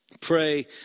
Pray